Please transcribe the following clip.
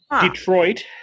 Detroit